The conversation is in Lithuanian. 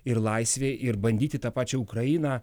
ir laisvei ir bandyti tą pačią ukrainą